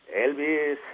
Elvis